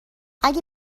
اگه